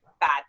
bad